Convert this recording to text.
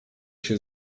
się